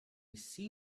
see